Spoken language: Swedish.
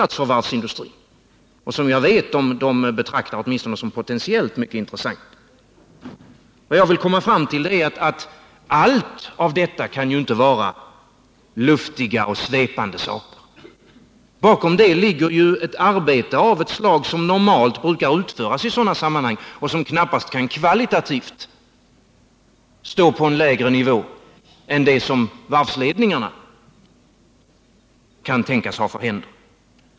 Vi vet att varvsindustrin betraktar åtminstone ett av dessa som i varje fall potentiellt mycket intressant. Vad jag vill komma fram till är att allt detta inte kan vara luftiga och svepande saker. Bakom ligger ett arbete av det slag som normalt brukar utföras i sådana sammanhang och som knappast kan kvalitativt stå på en: lägre nivå än det som varvsledningarna kan tänkas ha för händer.